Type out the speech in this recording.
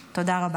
תודה רבה.